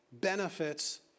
benefits